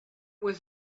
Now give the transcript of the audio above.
was